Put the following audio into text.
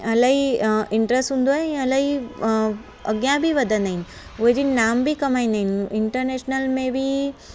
इलाही अ इंट्रेस्ट हूंदो आहे इलाही अ आॻियां बि वधंदा आहिनि उहे जिन नाम बि कमाईंदा आहिनि इंटरनेशनल में बि